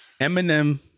Eminem